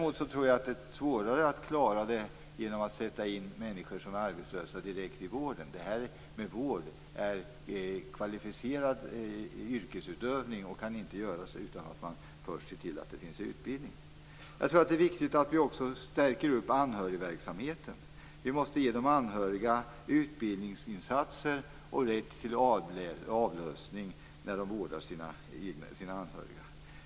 Men jag tror däremot att det är svårare att klara det genom att sätta in människor som arbetslösa direkt i vården. Detta med vård handlar om kvalificerad yrkesutövning. Den kan inte utföras utan utbildning. Jag tror att det är viktigt att också stärka anhörigverksamheten. De som vårdar sina anhöriga måste ges utbildning och rätt till avlösning.